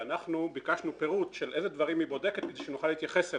ואנחנו ביקשנו פירוט של איזה דברים היא בודקת כדי שנוכל להתייחס אליהם.